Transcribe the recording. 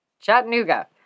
Chattanooga